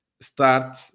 start